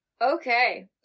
Okay